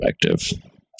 perspective